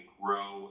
grow